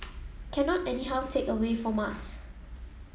cannot anyhow take away from us